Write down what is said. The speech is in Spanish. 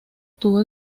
tuvo